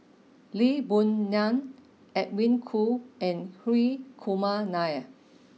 Lee Boon Ngan Edwin Koo and Hri Kumar Nair